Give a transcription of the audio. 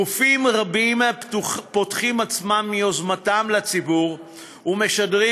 גופים רבים פותחים עצמם ביוזמתם לציבור ומשדרים